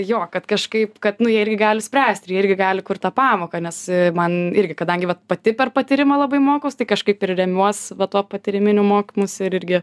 jo kad kažkaip kad nu jie irgi gali spręsti ir jie irgi gali kurt tą pamoką nes man irgi kadangi vat pati per patyrimą labai mokaus tai kažkaip ir remiuos va tuo patyriminiu mokymųsi ir irgi